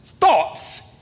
Thoughts